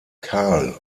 karl